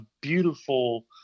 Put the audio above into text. beautiful